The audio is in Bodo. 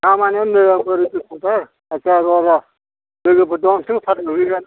दा माने नै आं ओरै बेस्थ'थार जायखिजाया र' र' लोगोफोर दं एसे थाबै नुहैगोन